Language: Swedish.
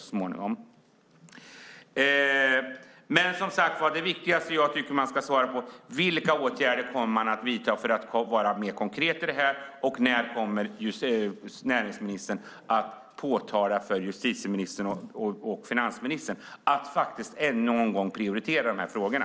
Det viktigaste är att svara på: Vilka åtgärder kommer man att vidta för att vara mer konkret i detta? När kommer näringsministern att påtala för justitieministern och finansministern att någon gång prioritera de här frågorna?